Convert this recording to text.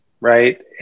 right